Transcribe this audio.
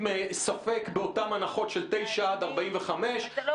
ספק באותן הנחות של תשעה עד 45 קילומטר.